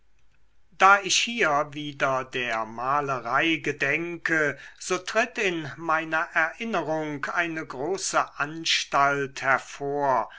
da ich hier wieder der malerei gedenke so tritt in meiner erinnerung eine große anstalt hervor